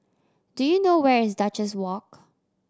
do you know where is Duchess Walk